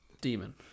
demon